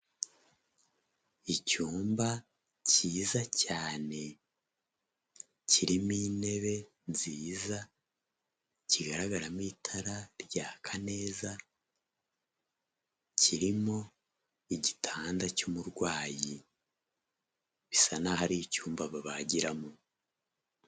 Icyumba cyiza cyane kirimo intebe nziza kigaragaramo itara ryaka neza, kirimo igitanda cy'umurwayi bisa n'aho ari icyumba babagiramo.